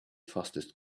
fastest